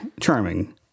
Charming